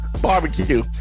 barbecue